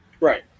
right